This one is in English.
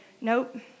Nope